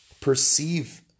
perceive